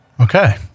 Okay